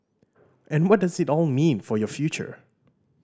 and what does it all mean for your future